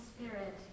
spirit